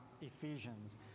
Ephesians